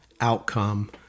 outcome